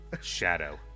Shadow